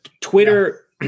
Twitter